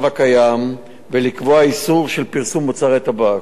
הקיים ולקבוע איסור פרסום של מוצרי טבק,